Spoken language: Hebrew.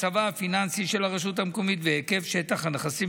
מצבה הפיננסי של הרשות המקומית והיקף שטח הנכסים